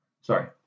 Sorry